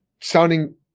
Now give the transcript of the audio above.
sounding